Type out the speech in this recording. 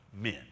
men